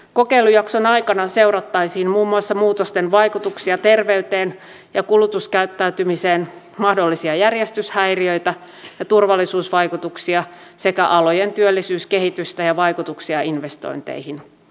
kokeilujakson aikana seurattaisiin muun muassa muutosten vaikutuksia terveyteen ja kulutuskäyttäytymiseen mahdollisia järjestyshäiriöitä ja turvallisuusvaikutuksia sekä alojen työllisyyskehitystä ja vaikutuksia investointeihin